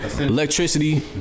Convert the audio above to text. electricity